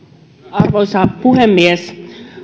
arvoisa puhemies